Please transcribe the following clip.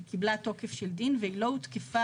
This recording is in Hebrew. היא קיבלה תוקף של דין והיא לא הותקפה